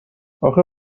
اخه